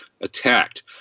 attacked